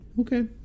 Okay